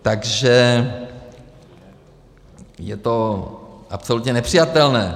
Takže je to absolutně nepřijatelné.